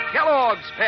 Kellogg's